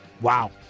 Wow